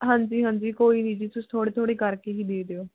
ਹਾਂਜੀ ਹਾਂਜੀ ਕੋਈ ਨਹੀਂ ਜੀ ਤੁਸੀਂ ਥੋੜ੍ਹੇ ਥੋੜ੍ਹੇ ਕਰ ਕੇ ਹੀ ਦੇ ਦਿਓ